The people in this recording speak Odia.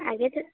ଆଜ୍ଞା ସାର୍